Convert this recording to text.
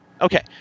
Okay